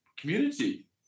community